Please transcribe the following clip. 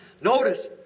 notice